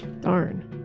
Darn